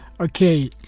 okay